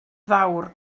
fawr